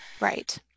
Right